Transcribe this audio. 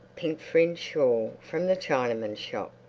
pink-fringed shawl from the chinaman's shop.